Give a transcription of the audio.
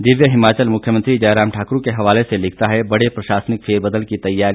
दिव्य हिमाचल मुख्यमंत्री जयराम ठाकुर के हवाले से लिखता है बड़े प्रशासनिक फेरबल की तैयारी